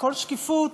הכול שקיפות.